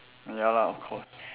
ya lah of course